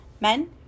men